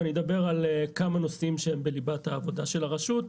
ואני אדבר על כמה נושאים שהם בליבת העבודה של הרשות,